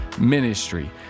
Ministry